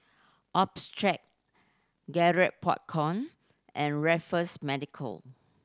Optrex Garrett Popcorn and Raffles Medical